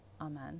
Amen